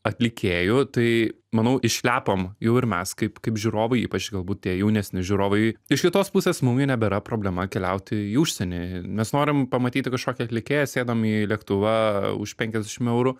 atlikėjų tai manau išlepom jau ir mes kaip kaip žiūrovai ypač galbūt tie jaunesni žiūrovai iš kitos pusės mum nebėra problema keliauti į užsienį mes norim pamatyti kažkokį atlikėją sėdom į lėktuvą už penkiasdešim eurų